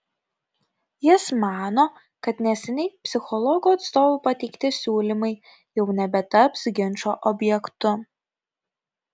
jis mano kad neseniai psichologų atstovų pateikti siūlymai jau nebetaps ginčo objektu